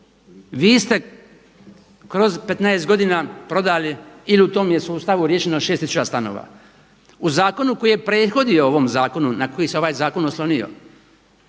vi ste kroz 15 godina prodali ili u tom je sustavu riješeno šest tisuća stanova. U zakonu koji je prethodio ovom zakonu na koji se ovaj zakon oslonio